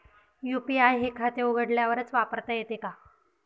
UPI हे खाते उघडल्यावरच वापरता येते का?